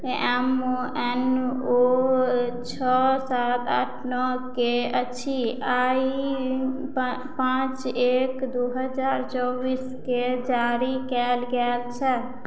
L M N O छओ सात आठ नओ के अछि आ ई पाँच पाँच एक दू हजार चौबीस केँ जारी कयल गेल छै